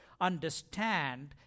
understand